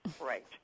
right